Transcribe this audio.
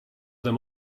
them